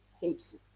heaps